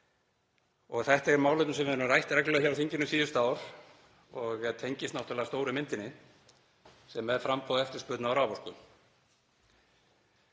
Þetta er málefni sem við höfum rætt reglulega hér á þinginu síðustu ár og tengist náttúrlega stóru myndinni sem er framboð og eftirspurn á raforku.